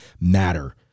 matter